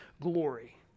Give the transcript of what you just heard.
glory